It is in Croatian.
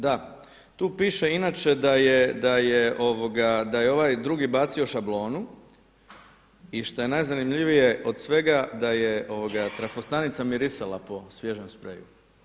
Prema tome, tu piše inače da je ovaj drugi bacio šablonu, i šta je najzanimljivije od svega da je trafostanica mirisala po sviježem spreju.